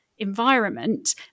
environment